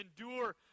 endure